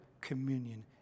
communion